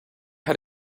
how